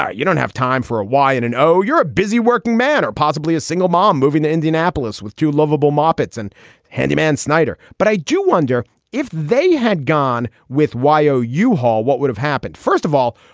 you don't have time for a y and an o. you're a busy working man or possibly a single mom moving to indianapolis with two lovable muppets and handyman snyder. but i do wonder if they had gone with y zero u hall. what would have happened? first of all,